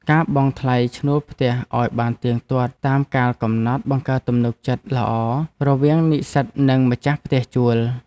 ការបង់ថ្លៃឈ្នួលផ្ទះឱ្យបានទៀងទាត់តាមកាលកំណត់បង្កើតទំនុកចិត្តល្អរវាងនិស្សិតនិងម្ចាស់ផ្ទះជួល។